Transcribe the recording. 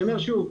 אני אומר שוב,